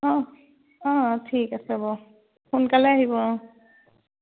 অঁ অঁ ঠিক আছে বাৰু সোনকালে আহিব অঁ